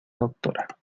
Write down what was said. doctora